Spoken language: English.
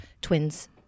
twins